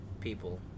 people